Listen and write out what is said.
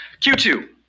Q2